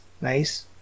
nice